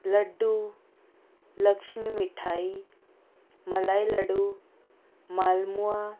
laddoo Lakshmi mithai malai laddoo malpua